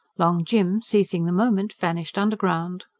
long jim, seizing the moment, vanished underground.